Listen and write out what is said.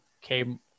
came